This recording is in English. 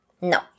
No